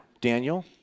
Daniel